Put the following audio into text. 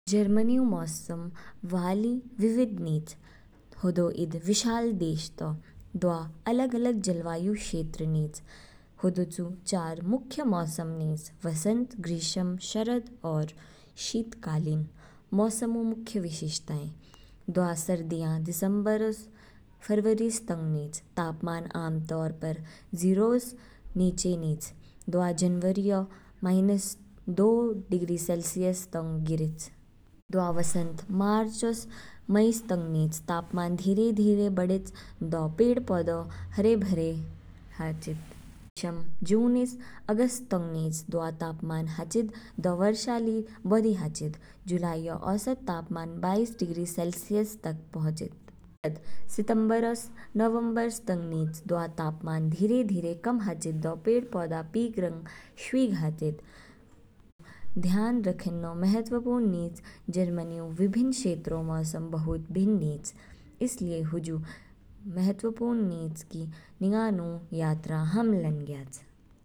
जर्मनी ऊ मौसम बहुत विविध निच, हदौ ईद विशाल देश तौ दवा अलग अलग जलवायु क्षेत्र निच। हदौचु चार मुख्य मौसम निच वसंत, ग्रीष्म, शरद, और शीतकालीन। मौसम ऊ मुख्य विशेषताएं, सर्दियाँ दिसंबर से फरवरी तंग निच, तापमान आमतौर पर जीरोस नीचे निज, दवा जनवरीऔ माइनस दो डिग्री सेलसियस तंग गिरेच। वसंत, मार्च स मई तंग निच, तापमान धीरे धीरे बढ़ेच, दो पेड़ पौधे हरेभरे हाचिद। ग्रीष्म जून स अगस्त तंग निज, दवा तापमान हाचिद दौ वर्षा ली बौधि हाचिद, जुलाईऔ औसत तापमान बाईस डिग्री सेलसियस तक पहुँचेद। सितंबर स नवंबर तंग निज, दवा तापमान धीरे धीरे कम हाचिद, पेड़पौधे पीग रंग शवीग हाचिद। ध्यान रखेन्नौ महत्वपूर्ण निच जर्मनीऔ विभिन्न क्षेत्रों मौसम बहुत भिन्न निच, इसलिए हुजु महत्वपूर्ण निच कि निंगानु यात्रा हाम लान ज्ञयाच।